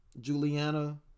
Juliana